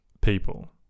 people